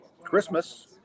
Christmas